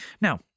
Now